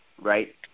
right